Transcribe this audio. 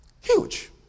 Huge